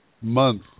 month